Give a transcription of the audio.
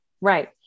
right